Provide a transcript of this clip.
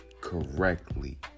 correctly